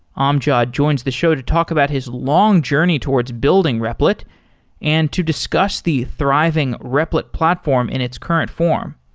ah amjad joins the show to talk about his long journey towards building repl it and to discuss the thriving repl it platform in its current form.